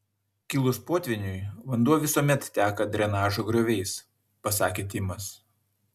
kilus potvyniui vanduo visuomet teka drenažo grioviais pasakė timas